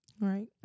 Right